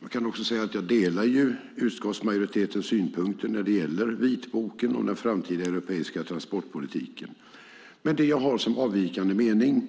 Jag ska också säga att jag delar utskottsmajoritetens synpunkter när det gäller vitboken och den framtida europeiska transportpolitiken. Men det jag har som avvikande mening